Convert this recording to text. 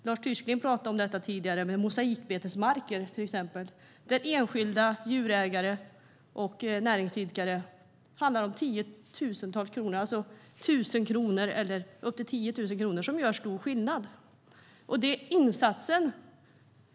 Lars Tysklind talade tidigare om mosaikbetesmarker. För enskilda djurägare och näringsidkare kan ett bidrag på mellan 1 000 och 10 000 kronor göra stor skillnad.